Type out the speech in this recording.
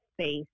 space